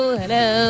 hello